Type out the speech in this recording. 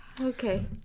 Okay